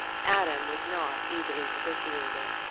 adam was not easily propitiated.